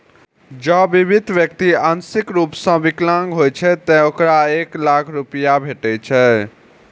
जौं बीमित व्यक्ति आंशिक रूप सं विकलांग होइ छै, ते ओकरा एक लाख रुपैया भेटै छै